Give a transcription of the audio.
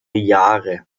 jahre